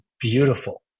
beautiful